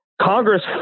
Congress